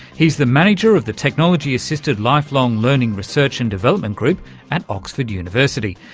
he's the manager of the technology assisted lifelong learning research and development group at oxford university,